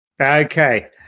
okay